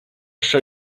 show